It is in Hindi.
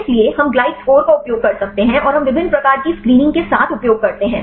इसलिए हम ग्लाइड स्कोर का उपयोग कर सकते हैं और हम विभिन्न प्रकार की स्क्रीनिंग के साथ उपयोग करते हैं